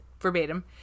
verbatim